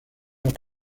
ont